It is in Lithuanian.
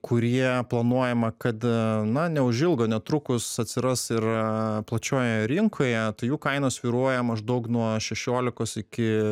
kurie planuojama kad na neužilgo netrukus atsiras ir plačiojoje rinkoje tai jų kaina svyruoja maždaug nuo šešiolikos iki